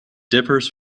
differs